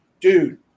dude